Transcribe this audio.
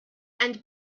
and